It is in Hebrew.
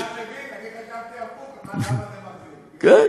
השר לוין, אני חשבתי הפוך, למה זה, כן.